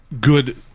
good